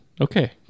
Okay